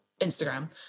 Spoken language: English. Instagram